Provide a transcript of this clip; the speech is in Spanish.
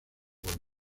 golpe